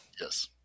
Yes